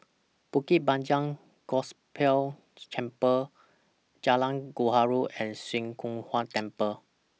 Bukit Panjang Gospel Chapel Jalan Gaharu and Swee Kow Kuan Temple